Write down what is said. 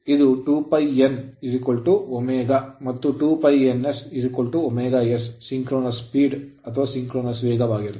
ಆದ್ದರಿಂದ ಇದು 2 π n ω ಮತ್ತು 2 π ns ωs synchronous ಸಿಂಕ್ರೋನಸ್ ವೇಗವಾಗಿರುತ್ತದೆ